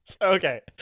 Okay